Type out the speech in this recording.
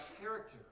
character